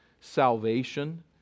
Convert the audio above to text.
salvation